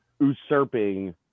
usurping